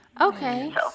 okay